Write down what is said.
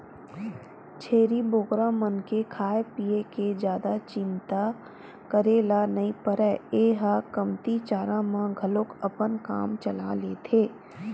छेरी बोकरा मन के खाए पिए के जादा चिंता करे ल नइ परय ए ह कमती चारा म घलोक अपन काम चला लेथे